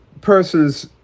Person's